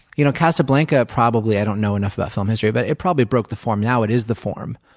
you know casablanca probably i don't know enough about film history, but it probably broke the form. now it is the form.